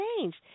changed